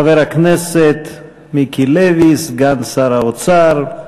חבר הכנסת מיקי לוי, סגן שר האוצר,